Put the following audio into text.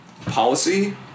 policy